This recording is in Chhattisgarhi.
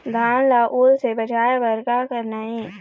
धान ला ओल से बचाए बर का करना ये?